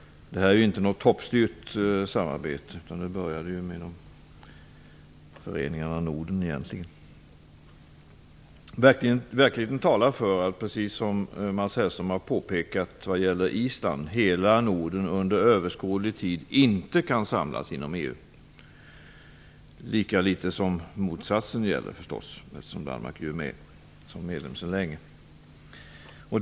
Det är inte något toppstyrt samarbete. Det började egentligen med föreningarna Norden. Verkligheten talar för att, precis som Mats Hellström har påpekat vad gäller Island, hela Norden under överskådlig tid inte kan samlas inom EU, lika litet som motsatsen, eftersom Danmark är medlem sedan länge.